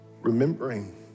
remembering